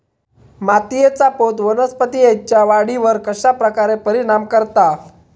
मातीएचा पोत वनस्पतींएच्या वाढीवर कश्या प्रकारे परिणाम करता?